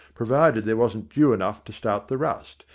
provided there wasn't dew enough to start the rust,